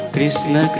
Krishna